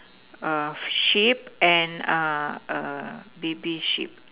err sheep and err a baby sheep